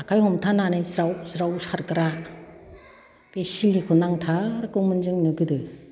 आखाय हमथानानै ज्राव ज्राव सारग्रा बे सिलिखौ नांथारगौमोन जोंनो गोदो